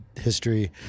history